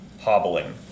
hobbling